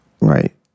Right